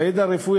בידע הרפואי,